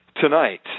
Tonight